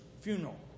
funeral